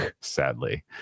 sadly